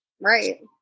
Right